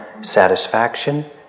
satisfaction